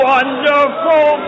Wonderful